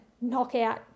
knockout